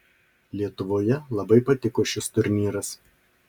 lietuvoje labai patiko šis turnyras